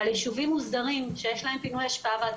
על ישובים מוזרים שיש להם פינוי אשפה ואת